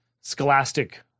scholastic